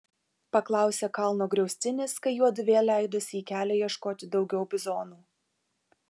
paklausė kalno griaustinis kai juodu vėl leidosi į kelią ieškoti daugiau bizonų